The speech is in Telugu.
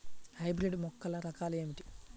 హైబ్రిడ్ మొక్కల రకాలు ఏమిటీ?